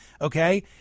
Okay